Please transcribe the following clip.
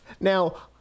Now